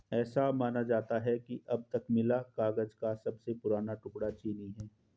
ऐसा माना जाता है कि अब तक मिला कागज का सबसे पुराना टुकड़ा चीनी है